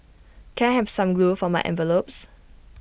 can I have some glue for my envelopes